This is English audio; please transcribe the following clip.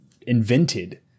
invented